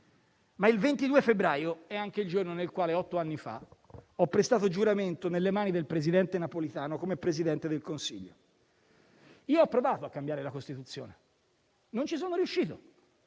Il 22 febbraio, però, è anche il giorno nel quale otto anni fa ho prestato giuramento nelle mani del presidente Napolitano come Presidente del Consiglio. Io ho provato a cambiare la Costituzione e non ci sono riuscito,